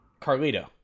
carlito